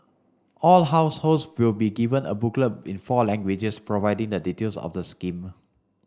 all households will be given a booklet in four languages providing the details of the scheme